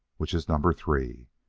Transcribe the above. which is number three.